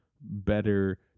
better